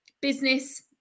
business